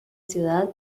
ciudad